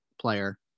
player